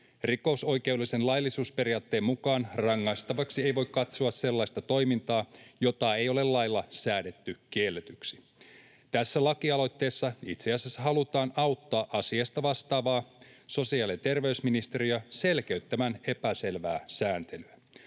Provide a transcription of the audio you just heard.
Rikosoikeudellisen laillisuusperiaatteen mukaan rangaistavaksi ei voi katsoa sellaista toimintaa, jota ei ole lailla säädetty kielletyksi. Tässä lakialoitteessa itse asiassa halutaan auttaa asiasta vastaavaa sosiaali- ja terveysministeriötä selkeyttämään epäselvää sääntelyä.